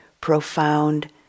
profound